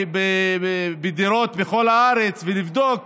בדירות בכל הארץ, לבדוק